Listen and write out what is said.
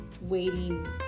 waiting